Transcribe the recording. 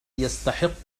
يستحق